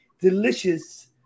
delicious